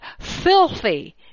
filthy